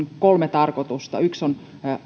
kolme tarkoitusta yksi on